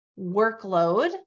workload